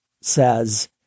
says